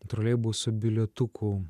troleibusų bilietukų